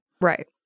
Right